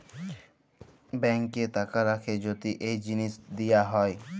ব্যাংকে টাকা রাখ্যে যদি এই জিলিস দিয়া হ্যয়